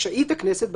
רשאית הכנסת,